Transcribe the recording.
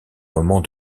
moments